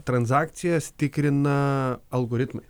transakcijas tikrina algoritmai